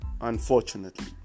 unfortunately